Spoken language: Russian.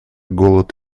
голод